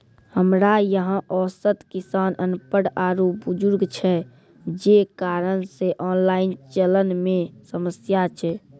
हमरा यहाँ औसत किसान अनपढ़ आरु बुजुर्ग छै जे कारण से ऑनलाइन चलन मे समस्या छै?